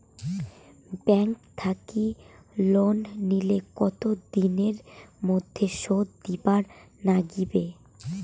Bank থাকি loan নিলে কতো দিনের মধ্যে শোধ দিবার নাগিবে?